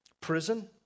prison